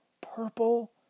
purple